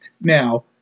Now